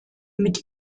mit